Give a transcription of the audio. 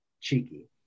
cheeky